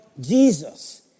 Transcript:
Jesus